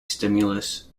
stimulus